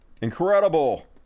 incredible